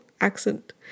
accent